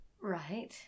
Right